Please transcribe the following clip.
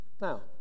Now